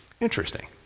interesting